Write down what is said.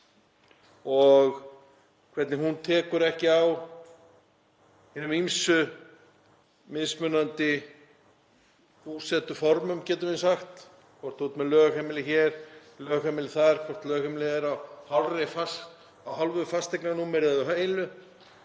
og hvernig hún tekur ekki á hinum ýmsu mismunandi búsetuformum, getum við sagt, hvort þú ert með lögheimili hér, lögheimili þar, hvort lögheimilið er á hálfu fasteignanúmeri eða heilu,